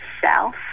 self